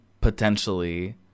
potentially